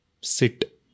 sit